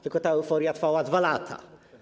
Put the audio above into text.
Tylko że ta euforia trwała 2 lata.